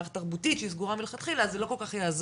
מערכת תרבותית שסגורה מלכתחילה אז זה לא כל כך יעזור,